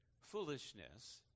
foolishness